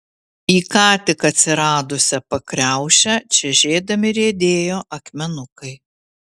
į ką tik atsiradusią pakriaušę čežėdami riedėjo akmenukai